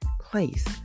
place